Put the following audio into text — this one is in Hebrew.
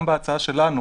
גם בהצעה שלנו